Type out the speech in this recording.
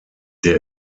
der